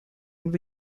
and